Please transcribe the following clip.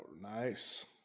nice